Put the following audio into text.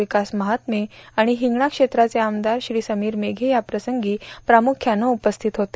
विकास महात्मे आणि हिंगणा क्षेत्राचे आमदार श्री समीर मेघे याप्रसंगी प्रामुख्यानं उपस्थित होते